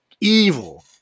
evil